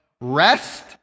rest